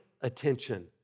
attention